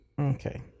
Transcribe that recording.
Okay